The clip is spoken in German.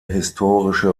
historische